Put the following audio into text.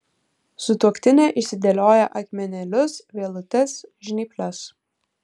sutuoktinė išsidėlioja akmenėlius vielutes žnyples